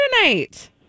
tonight